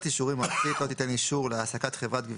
אנחנו עוברים לסעיף הבא.